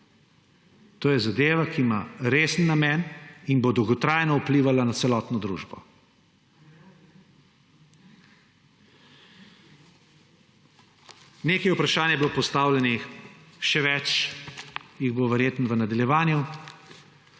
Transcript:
To je zadeva, ki ima resen namen in bo dolgotrajno vplivala na celotno družbo. Nekaj vprašanj je bilo postavljenih, še več jih